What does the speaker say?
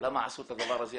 למה עשו את הדבר הזה.